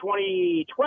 2012